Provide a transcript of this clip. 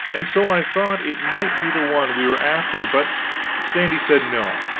and so i thought it might be the one we were after, but sandy said no.